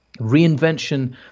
Reinvention